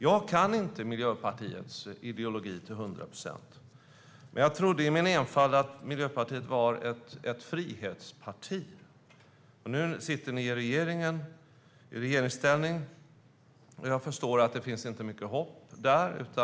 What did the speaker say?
Jag kan inte Miljöpartiets ideologi till 100 procent, men jag trodde i min enfald att Miljöpartiet var ett frihetsparti. Nu sitter ni i regeringsställning. Jag förstår att det inte finns mycket hopp där.